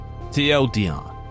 TLDR